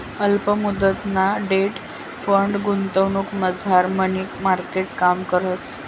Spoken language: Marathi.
अल्प मुदतना डेट फंड गुंतवणुकमझार मनी मार्केट काम करस